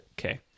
Okay